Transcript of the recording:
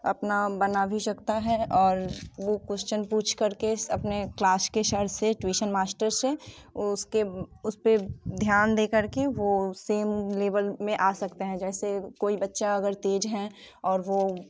अपना बना भी सकता है और वो क्वोश्चन पूछ करके अपने क्लास के सर से ट्यूशन मास्टर से उसके उसपे ध्यान देकर के वो सेम लेबल में आ सकता है जैसे कोई बच्चा अगर तेज है और वो